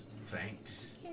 Thanks